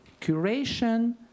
curation